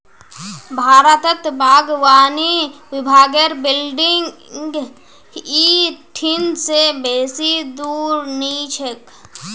भारतत बागवानी विभागेर बिल्डिंग इ ठिन से बेसी दूर नी छेक